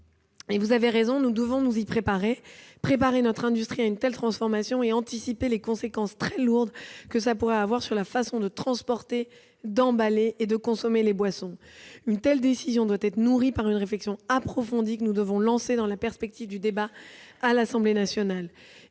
Vous avez raison, nous devons nous y préparer, préparer notre industrie à une telle transformation et anticiper les conséquences très lourdes que cela pourrait avoir sur la façon de transporter, d'emballer et de consommer les boissons. Une telle décision doit être nourrie par une réflexion approfondie que nous devons lancer dans la perspective du débat à l'Assemblée nationale.